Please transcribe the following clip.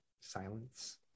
silence